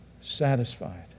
satisfied